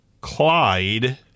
Clyde